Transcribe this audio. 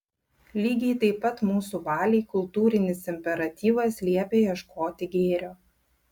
lygiai taip pat mūsų valiai kultūrinis imperatyvas liepia ieškoti gėrio